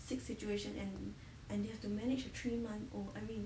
sick situation and and they have to manage a three month old I mean